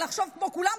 לחשוב כמו כולם,